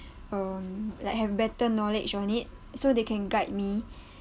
um like have better knowledge on it so they can guide me